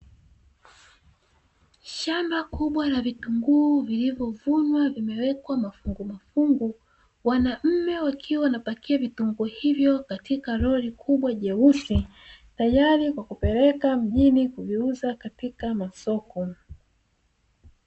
Shamba kubwa la vitunguu zilivyo vunwa vimewekwa mafungu mafungu, wanaume wakiwa wanapakia vitunguu hivyo katika roli kubwa jeusi, tayari kwa kupelekwa mjini kuviuza katika masoko.